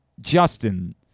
Justin